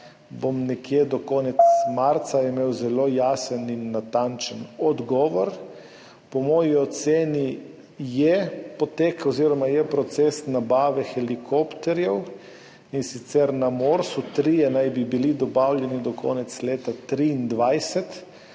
bom nekje do konca marca imel zelo jasen in natančen odgovor. Po moji oceni je potek oziroma je proces nabave helikopterjev, in sicer na MORS. Trije naj bi bili dobavljeni do konca leta 2023,